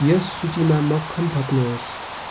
यस सूचीमा मक्खन थप्नु होस्